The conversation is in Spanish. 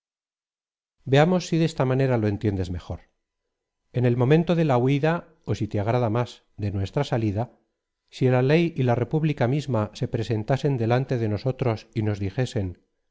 veamos si de esta manera lo entiendes mejor en el momento de la huida ó si te agrada más de nuestra salida si la ley y la república misma se presentasen delante de nosotros y nos dijesen